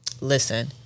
Listen